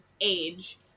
age